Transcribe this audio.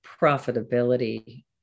profitability